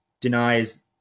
denies